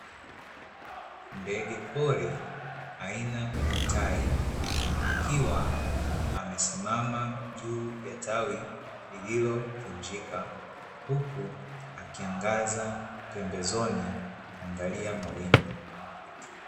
Ndegepori aina ya tai, akiwa amesimama juu ya tawi lililovunjika, huku akiangaza pembezoni, kuangalia mawindo.